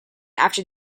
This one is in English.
after